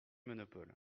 monopole